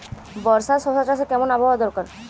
বর্ষার শশা চাষে কেমন আবহাওয়া দরকার?